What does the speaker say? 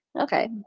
okay